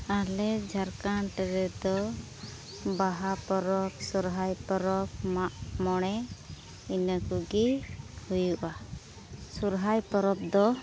ᱟᱞᱮ ᱡᱷᱟᱲᱠᱷᱚᱸᱰ ᱨᱮᱫᱚ ᱵᱟᱦᱟ ᱯᱚᱨᱚᱵᱽ ᱥᱚᱦᱚᱨᱟᱭ ᱯᱚᱨᱚᱵᱽ ᱢᱟᱜᱼᱢᱚᱬᱮ ᱤᱱᱟᱹ ᱠᱚᱜᱮ ᱦᱩᱭᱩᱜᱼᱟ ᱥᱚᱦᱚᱨᱟᱭ ᱯᱚᱨᱚᱵᱽ ᱫᱚ